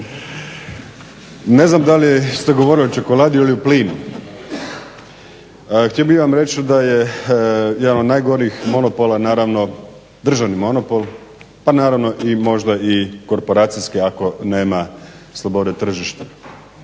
Ne znam da li ste govorili o čokoladi ili o plinu. Htio bih vam reći da je jedan od najgorih monopola naravno državni monopoli pa naravno možda i korporacijski ako nema slobode tržišta.